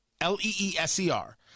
L-E-E-S-E-R